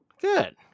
good